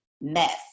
mess